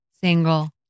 single